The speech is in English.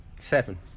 Seven